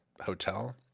hotel